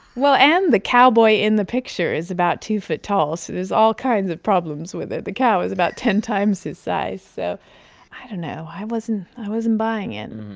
well, and the cowboy in the picture is about two feet tall. so there's all kinds of problems with it. the cow is about ten times his size, so i don't know. i wasn't i wasn't buying it.